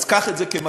אז קח את זה כמחמאה.